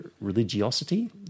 religiosity